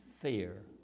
fear